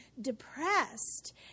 depressed